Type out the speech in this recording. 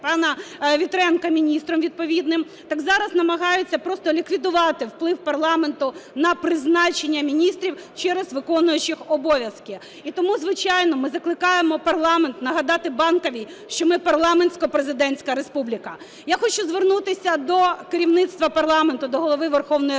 пана Вітренка міністром відповідним. Так зараз намагаються просто ліквідувати вплив парламенту на призначення міністрів через виконуючих обов'язки. І тому, звичайно, ми закликаємо парламент нагадати Банковій, що ми парламентсько-президентська республіка. Я хочу звернутися до керівництва парламенту, до Голови Верховної Ради.